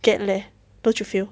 get leh don't you feel